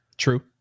True